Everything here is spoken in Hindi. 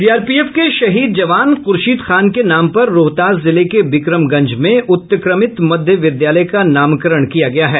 सीआरपीएफ के शहीद जवान खूर्शीद खान के नाम पर रोहतास जिले के विक्रमगंज में उत्क्रमित मध्य विद्यालय का नामकरण किया गया है